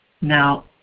Now